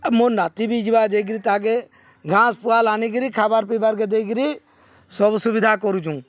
ଆଉ ମୋ ନାତି ବି ଯିବା ଦେଇକିରି ତାଗେ ଘାସ ପୁଆଲ ଆଣିକିରି ଖବାର୍ ପିଇବାର୍କେ ଦେଇକିରି ସବୁ ସୁବିଧା କରୁଚୁଁ